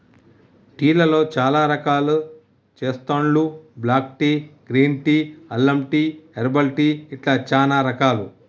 tea లలో చాల రకాలు చెస్తాండ్లు బ్లాక్ టీ, గ్రీన్ టీ, అల్లం టీ, హెర్బల్ టీ ఇట్లా చానా రకాలు